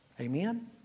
Amen